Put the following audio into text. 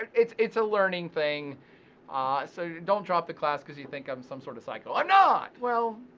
it's it's a learning thing ah so don't drop the class cuz you think i'm some sort of psycho. i'm not. well,